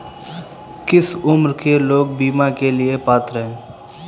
किस उम्र के लोग बीमा के लिए पात्र हैं?